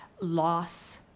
loss